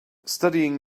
studying